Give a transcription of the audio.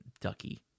ducky